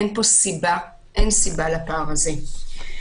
אין סיבה לפער הזה.